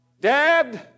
Dad